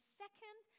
second